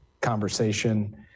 conversation